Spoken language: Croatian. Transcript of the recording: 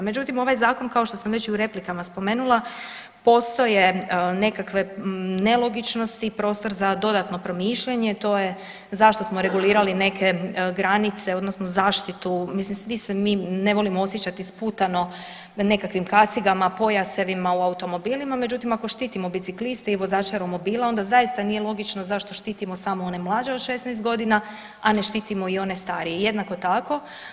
Međutim, ovaj zakon kao što sam već i u replikama spomenula postoje nekakve nelogičnosti, prostor za dodatno promišljanje to je zašto smo regulirali neke granice odnosno zaštitu, mislim svi se mi ne volimo osjećati sputano na nekakvim kacigama, pojasevima u automobilima, međutim ako štitimo bicikliste i vozače romobila onda zaista nije logično zašto štitimo samo one mlađe od 16 godina, a ne štitimo i one starije jednako tako.